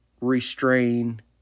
restrain